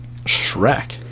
Shrek